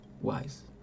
wise